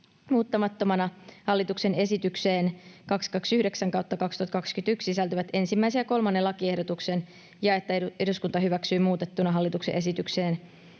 muuttamattomana hallituksen esitykseen 229/2021 sisältyvät ensimmäisen ja kolmannen lakiehdotuksen ja että eduskunta hyväksyy muutettuna hallituksen esitykseen